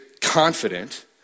confident